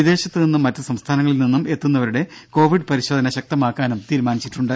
വിദേശത്തു നിന്നും മറ്റു സംസ്ഥാനങ്ങളിൽ നിന്നും എത്തുന്നവരുടെ കൊവിഡ് പരിശോധന ശക്തമാക്കാനും തീരുമാനിച്ചിട്ടുണ്ട്